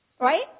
Right